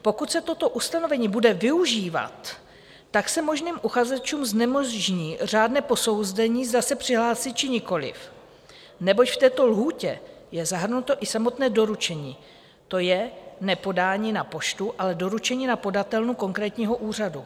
Pokud se toto ustanovení bude využívat, tak se možným uchazečům znemožní řádné posouzení, zda se přihlásit, či nikoliv, neboť v této lhůtě je zahrnuto i samotné doručení, to je ne podání na poštu, ale doručení na podatelnu konkrétního úřadu.